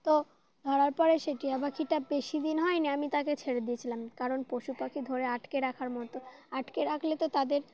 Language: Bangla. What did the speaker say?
তো ধরার পরে সেই টিযয়া পাখিটা বেশি দিন হয়নি আমি তাকে ছেড়ে দিয়েছিলাম কারণ পশু পাখি ধরে আটকে রাখার মতো আটকে রাখলে তো তাদের